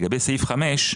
לגבי סעיף 5,